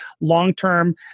long-term